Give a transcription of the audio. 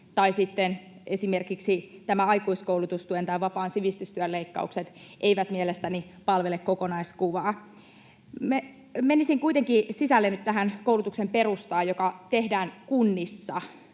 esimerkiksi nämä aikuiskoulutustuen tai vapaan sivistystyön leikkaukset eivät mielestäni palvele kokonaiskuvaa. Menisin kuitenkin sisälle nyt tähän koulutuksen perustaan, joka tehdään kunnissa